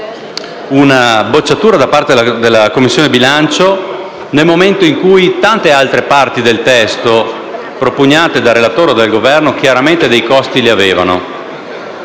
una bocciatura da parte della Commissione bilancio, nel momento in cui tante altre parti del testo, propugnate dal relatore e dal Governo, avevano chiaramente dei costi. Se noi